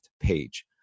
page